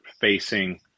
facing